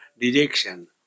dejection